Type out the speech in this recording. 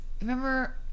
Remember